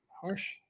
Harsh